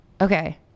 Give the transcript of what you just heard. okay